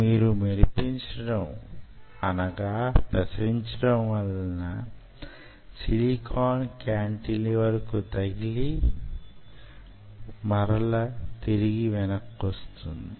మీరు మెరిపించడం వల్ల సిలికాన్ క్యాంటిలివర్ కు తగిలి వెనక్కు వస్తుంది